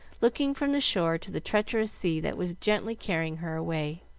looking from the shore to the treacherous sea that was gently carrying her away.